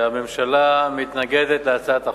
הממשלה מתנגדת להצעת החוק.